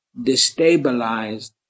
destabilized